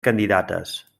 candidates